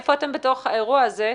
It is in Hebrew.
היכן אתם בתוך האירוע הזה.